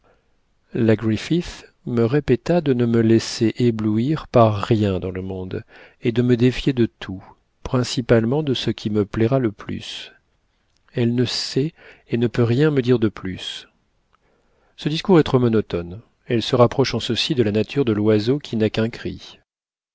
griffith me répéta de ne me laisser éblouir par rien dans le monde et de me défier de tout principalement de ce qui me plaira le plus elle ne sait et ne peut rien me dire de plus ce discours est trop monotone elle se rapproche en ceci de la nature de l'oiseau qui n'a qu'un cri